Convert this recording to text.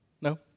No